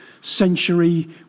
century